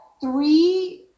three